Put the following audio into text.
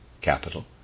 capital